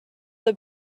the